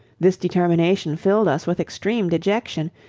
this determination filled us with extreme dejection,